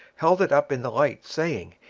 held it up in the light, saying,